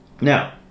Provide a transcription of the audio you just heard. now